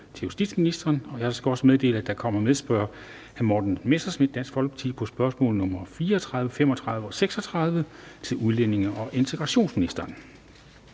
til justitsministeren, og jeg skal også meddele, at der kommer medspørger, hr. Morten Messerschmidt, Dansk Folkeparti, på spørgsmål nr. 34, 35 og 36 til udlændinge- og integrationsministeren.